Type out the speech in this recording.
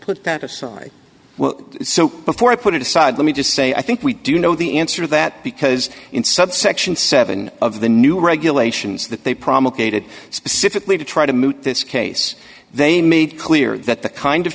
well so before i put it aside let me just say i think we do know the answer to that because in subsection seven of the new regulations that they promulgated specifically to try to move this case they made clear that the kind of